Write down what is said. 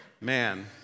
Man